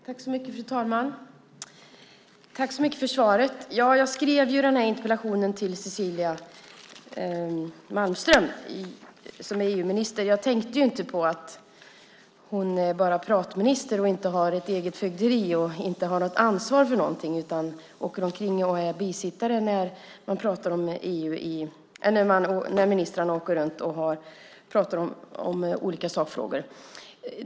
Fru talman! Tack så mycket för svaret. Jag skrev interpellationen till EU-minister Cecilia Malmström. Jag tänkte inte på att hon bara är pratminister och inte har ett eget fögderi eller är ansvarig för någonting utan åker omkring och är bisittare när ministrarna åker runt och pratar om olika sakfrågor.